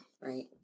Right